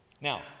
now